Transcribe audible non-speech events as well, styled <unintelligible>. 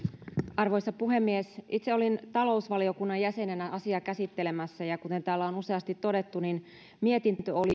arvoisa puhemies itse olin talousvaliokunnan jäsenenä asiaa käsittelemässä ja kuten täällä on useasti todettu mietintö oli yksimielinen pääasiassahan tässä oli <unintelligible>